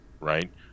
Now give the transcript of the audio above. Right